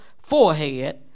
forehead